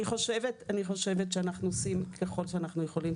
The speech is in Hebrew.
אני חושבת שאנחנו עושים ככל שאנחנו יכולים.